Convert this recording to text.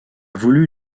voulu